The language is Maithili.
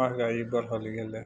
महँगाइ बढ़ल गेलै